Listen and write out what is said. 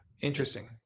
interesting